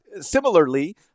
Similarly